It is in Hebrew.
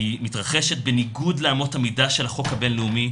היא מתרחשת בניגוד לאמות המידה של החוק הבין-לאומי,